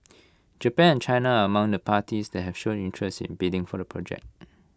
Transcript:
Japan and China are among the parties that have shown interest in bidding for the project